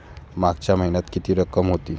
मागच्या महिन्यात किती रक्कम होती?